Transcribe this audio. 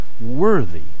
worthy